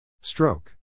Stroke